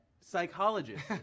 Psychologist